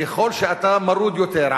ככל שאתה מרוד יותר,